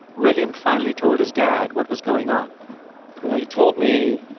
william finally told his dad what was going on well, he told me,